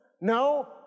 No